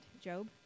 Job